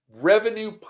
revenue